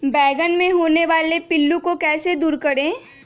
बैंगन मे होने वाले पिल्लू को कैसे दूर करें?